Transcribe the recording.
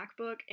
MacBook